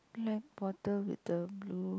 black bottle with the blue